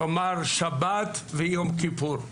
כלומר שבת ויום כיפור,